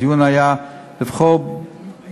הדיון היה על לבחור בית-חולים,